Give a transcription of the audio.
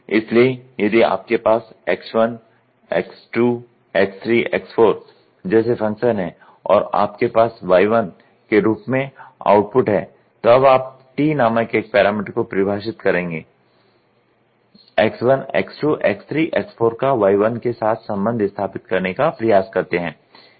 इसलिए यदि आपके पास x x 1 x 2 x 3 x 4 जैसे फंक्शन हैं और आपके पास y1 के रूप में आउटपुट है तो अब आप t नामक एक पैरामीटर को परिभाषित करके x 1 x 2 x 3 x 4 का y1 के साथ संबंध स्थापित करने का प्रयास करते हैं